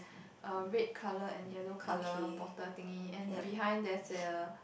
a red colour and yellow colour bottle thingy and behind there's a